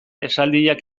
esaldiak